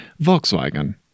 Volkswagen